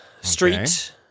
street